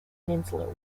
peninsular